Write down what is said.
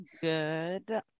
good